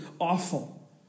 awful